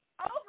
over